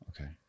Okay